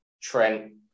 Trent